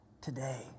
today